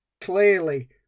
Clearly